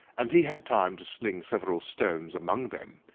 and he had time to sling several stones among them,